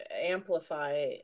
amplify